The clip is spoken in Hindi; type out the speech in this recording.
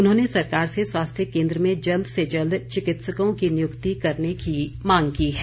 उन्होंने सरकार से स्वास्थ्य केंद्र में जल्द से जल्द चिकित्सकों की नियुक्ति करने की मांग की है